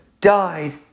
died